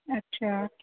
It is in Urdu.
اچھا